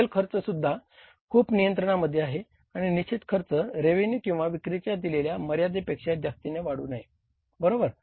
चल खर्चसुद्धा खूप नियंत्रणामध्ये आहे आणि निश्चित खर्च रेव्हेन्यू किंवा विक्रीच्या दिलेल्या मर्यादेपेक्षा जास्तीने वाढू नये बरोबर